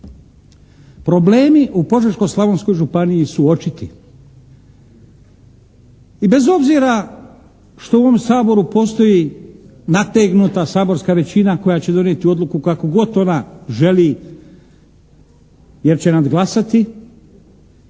problemi u Požeško-Slavonskoj županiji su očiti. I bez obzira što u ovom Saboru postoji nategnuta saborska većina koja će donijeti odluku kako god ona želi jer će nadglasati